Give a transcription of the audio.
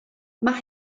mae